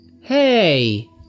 Hey